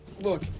look